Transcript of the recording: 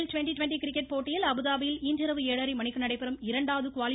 L twenty twenty cricket போட்டியின் அபுதாபியில் இன்றிரவு ஏழரை மணிக்கு நடைபெறும் இரண்டாவது குவாலி